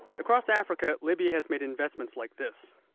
across africa, libya's made investments like this.